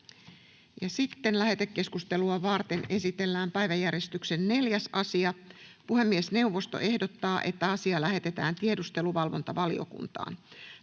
Content: Lähetekeskustelua varten esitellään päiväjärjestyksen 4. asia. Puhemiesneuvosto ehdottaa, että asia lähetetään tiedusteluvalvontavaliokuntaan.